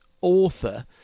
author